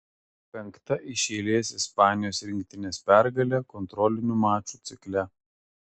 penkta iš eilės ispanijos rinktinės pergalė kontrolinių mačų cikle